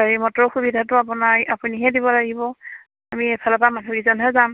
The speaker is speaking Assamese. গাড়ী মটৰৰ সুবিধাটো আপোনাৰ আপুনিহে দিব লাগিব আমি এফালৰ পৰা মানুহকিজনহে যাম